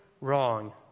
wrong